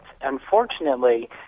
Unfortunately